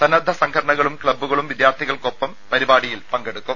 സന്നദ്ധ സംഘടനകളും ക്ലബ്ബുകളും വിദ്യാർത്ഥികൾക്കൊപ്പം പരിപാടിയിൽ പങ്കെടുക്കും